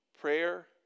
prayer